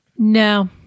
No